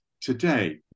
today